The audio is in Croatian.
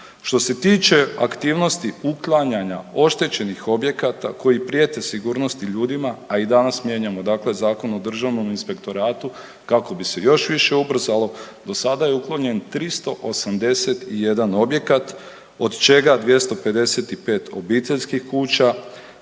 Što se tiče aktivnosti uklanjanja oštećenih objekata koji prijete sigurnosti ljudima, a i danas mijenjamo dakle Zakon o državnom inspektoratu kako bi se još više ubrzalo, do sada je uklonjen 381 objekat od čega 255 obiteljskih kuća,